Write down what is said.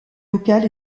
locales